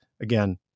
again